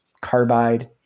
carbide